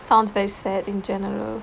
sounds very sad in general